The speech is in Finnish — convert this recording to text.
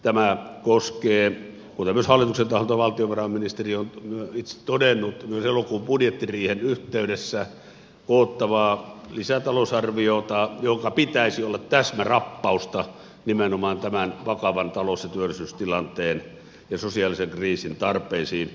tämä koskee kuten myös hallituksen taholta valtiovarainministeriö on itse todennut myös elokuun budjettiriihen yhteydessä koottavaa lisätalousarviota jonka pitäisi olla täsmärappausta nimenomaan tämän vakavan talous ja työllisyystilanteen ja sosiaalisen kriisin tarpeisiin